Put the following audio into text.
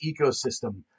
ecosystem